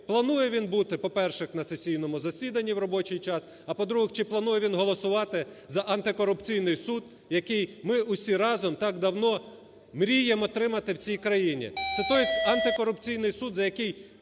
планує він бути, по-перше, на сесійному засіданні в робочий час, а, по-друге, чи планує він голосувати за Антикорупційний суд, який ми всі разом так давно мріємо отримати в цій країні. Це той Антикорупційний суд, за який